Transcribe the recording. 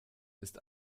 ist